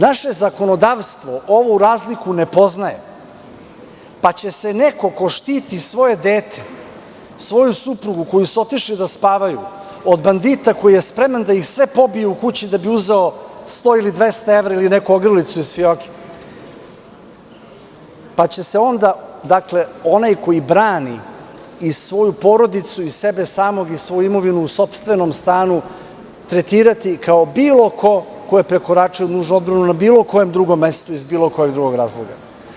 Naše zakonodavstvo ovu razliku ne poznaje, pa će se neko ko štiti svoje dete, svoju suprugu, koji su otišli da spavaju, od bandita koji je spreman da ih sve pobije u kući da bi uzeo sto ili dvesta evra ili neku ogrlicu iz fioke, dakle, onaj koji brani i svoju porodicu i sebe samog i svu imovinu u sopstvenom stanu tretirati kao bilo ko ko je prekoračio nužnu odbranu na bilo kojem drugom mestu, iz bilo kojeg drugog razloga.